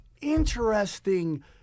interesting